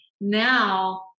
now